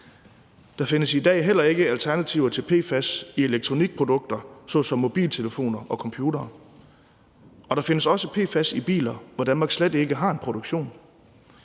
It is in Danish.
Der findes i dag heller ikke alternativer til PFAS i elektronikprodukter såsom mobiltelefoner og computere, og der findes også PFAS i biler, som Danmark slet ikke har en produktion